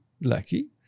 lucky